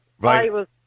Right